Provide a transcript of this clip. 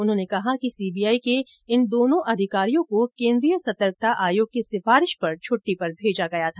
उन्होंने कहा कि सी बी आई के इन दोनों अधिकारियों को केन्द्रीय सतर्कता आयोग की सिफारिश पर छटटी पर भेजा गया था